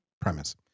premise